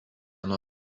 nuo